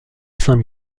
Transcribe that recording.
saint